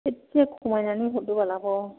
एसे खमायनानै हरदोबाल आब'